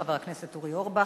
חבר הכנסת אורי אורבך,